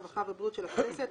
הרווחה והבריאות של הכנסת,